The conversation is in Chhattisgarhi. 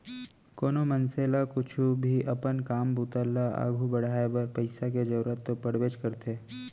कोनो मनसे ल कुछु भी अपन काम बूता ल आघू बढ़ाय बर पइसा के जरूरत तो पड़बेच करथे